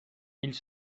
ils